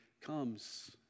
comes